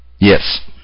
Yes